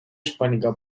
hispánica